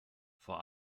vor